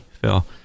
Phil